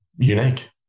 unique